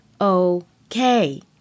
okay